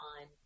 on